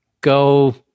go